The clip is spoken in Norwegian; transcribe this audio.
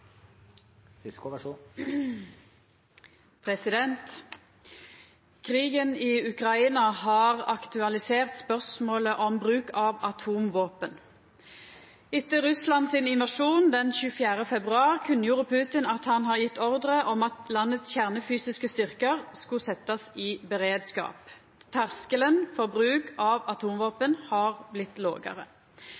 atomvåpen. Etter Russlands invasjon den 24. februar kunngjorde Putin at han har gjeve ordre om at landets kjernefysiske styrkar skulle setjast i beredskap. Terskelen for bruk av